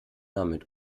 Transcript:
damit